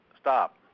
Stop